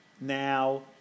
Now